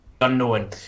unknown